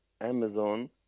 Amazon